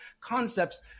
concepts